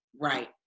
right